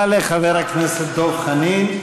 תודה לחבר הכנסת דב חנין.